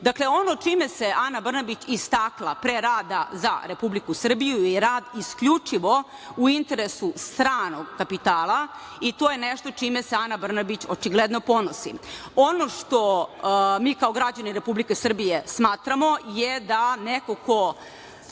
Srbije. Dakle, ono čime se Ana Brnabić istakla pre rada za Republiku Srbiju je rad isključivo u interesu stranog kapitala i to je nešto čime se Ana Brnabić očigledno ponosi. Ono što mi kao građani Republike Srbije smatramo je da neko ko